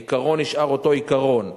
העיקרון נשאר אותו עיקרון.